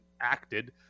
acted